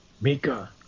Mika